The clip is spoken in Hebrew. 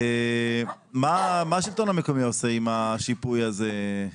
מה השלטון המקומי עושה עם השיפוי הזה?